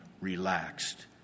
relaxed